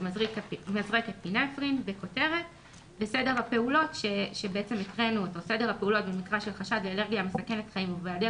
"מזרק אפינפרין סדר הפעולות במקרה של חשד לאלרגיה מסכנת חיים ובהיעדר